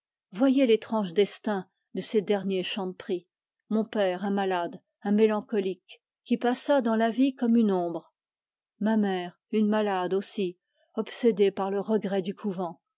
voyez l'étrange destin de ces derniers chanteprie mon père un malade un mélancolique qui passa dans la vie comme une ombre ma mère une malade aussi obsédée par le regret du couvent